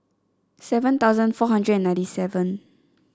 seven thousand four hundred and ninety seven